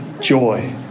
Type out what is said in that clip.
joy